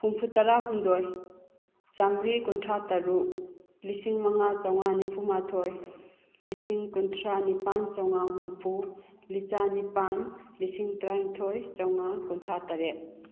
ꯍꯨꯝꯐꯨꯇꯔꯥ ꯍꯨꯝꯗꯣꯏ ꯆꯥꯃ꯭ꯔꯤ ꯀꯨꯟꯊ꯭꯭ꯔꯥ ꯇꯔꯨꯛ ꯂꯤꯁꯤꯡ ꯃꯉꯥ ꯆꯥꯝꯃꯉꯥ ꯅꯤꯐꯨ ꯃꯥꯊꯣꯏ ꯂꯤꯁꯤꯡ ꯀꯨꯟꯊ꯭ꯔꯥ ꯅꯤꯄꯥꯟ ꯆꯥꯝꯃꯉꯥ ꯍꯨꯝꯐꯨ ꯂꯤꯆꯥ ꯅꯤꯄꯥꯟ ꯂꯤꯁꯤꯡ ꯇꯔꯥꯅꯤꯊꯣꯏ ꯆꯥꯝꯃꯉꯥ ꯀꯨꯟꯊ꯭꯭ꯔꯥ ꯇꯔꯦꯠ